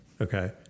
Okay